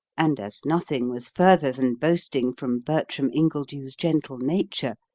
and as nothing was further than boasting from bertram ingledew's gentle nature,